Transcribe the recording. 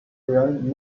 brian